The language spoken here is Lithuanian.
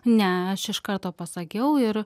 ne aš iš karto pasakiau ir